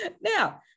now